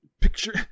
Picture